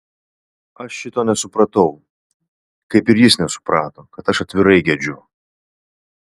aš šito nesupratau kaip ir jis nesuprato kad aš atvirai gedžiu